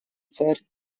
царь